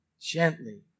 gently